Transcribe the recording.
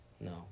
No